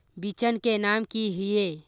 बिचन के नाम की छिये?